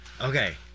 Okay